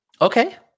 Okay